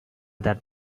that